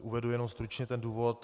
Uvedu jenom stručně důvod.